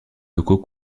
locaux